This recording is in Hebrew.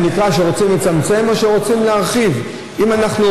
זה נקרא שרוצים לצמצם או שרוצים להרחיב?